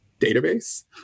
database